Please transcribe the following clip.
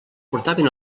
portaven